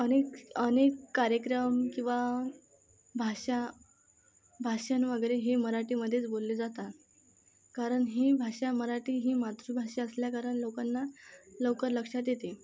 अनिक अनेक कार्यक्रम किंवा भाषा भाषण वगैरे हे मराठीमध्येच बोलले जातात कारण ही भाषा मराठी ही मातृभाषा असल्या कारण लोकांना लवकर लक्षात येते